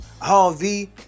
Harvey